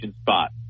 spot